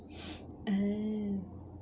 oh